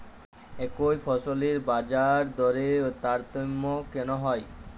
একই ফসলের বাজারদরে তারতম্য কেন হয়?